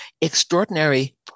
extraordinary